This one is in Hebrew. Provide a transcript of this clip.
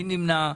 מי נמנע?